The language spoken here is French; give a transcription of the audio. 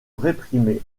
réprimer